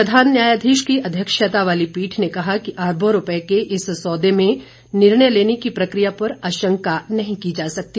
प्रधान न्यायाधीश की अध्यक्षता वाली पीठ ने कहा कि अरबों रूपये के इस सौदे में निर्णय लेने की प्रक्रिया पर आशंका नहीं की जा सकती